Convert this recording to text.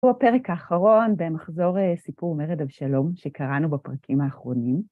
הוא הפרק האחרון במחזור סיפור מרד אבשלום, שקראנו בפרקים האחרונים.